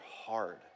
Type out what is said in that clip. hard